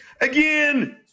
Again